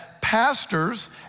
pastors